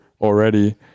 already